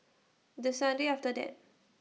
The Sunday after that